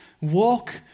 walk